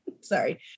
Sorry